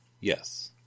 yes